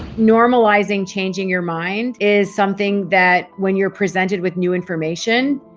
normalizing changing your mind is something that when you're presented with new information,